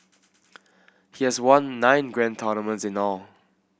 he has won nine grand tournaments in all